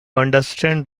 understand